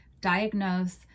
diagnose